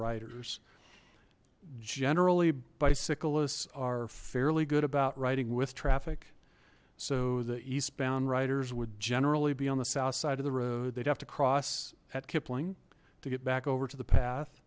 riders generally bicyclists are fairly good about writing with traffic so the eastbound riders would generally be on the south side of the road they'd have to cross at kipling to get back over to the path